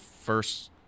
first